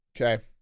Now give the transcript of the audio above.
Okay